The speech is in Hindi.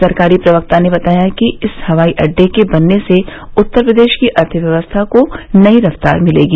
सरकारी प्रवक्ता ने बताया कि इस हवाई अड्डे के बनने से उत्तर प्रदेश की अर्थव्यवस्था को नई रफ्तार मिलेगी